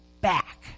back